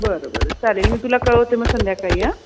बरं बरं चालेल मी तुला कळवते मग संध्याकाळी आ